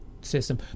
system